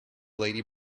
lady